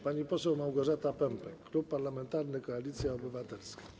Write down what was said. Pani poseł Małgorzata Pępek, Klub Parlamentarny Koalicja Obywatelska.